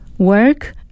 Work